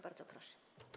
Bardzo proszę.